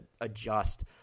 adjust